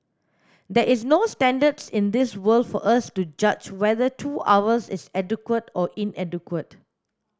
there is no standards in this world for us to judge whether two hours is adequate or inadequate